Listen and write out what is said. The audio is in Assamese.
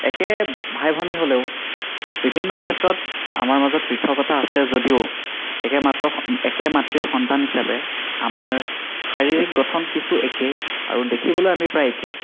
একে ভাই ভনী হ'লেও বিভিন্ন ক্ষেত্ৰত আমাৰ মাজত পৃথকতা আছে যদিও একে মাতৰ একে মাতৃৰ সন্তান হিচাপে আমাৰ শাৰীৰিক গঠন কিছু একেই আৰু দেখিবলৈ আমি প্ৰায় একে